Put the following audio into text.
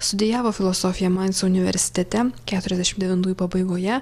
studijavo filosofiją mainso universitete keturiasdešim devintųjų pabaigoje